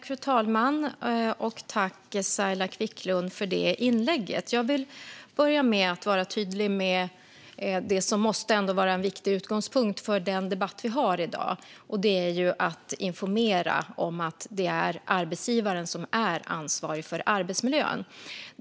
Fru talman! Tack, Saila Quicklund, för inlägget! Jag vill börja med att vara tydlig med det som ändå måste vara en viktig utgångspunkt för den debatt vi har i dag, och det är att informera om att det är arbetsgivaren som är ansvarig för arbetsmiljön.